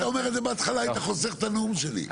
אם היית אומר את זה בהתחלה היית חוסך את הנאום שלי.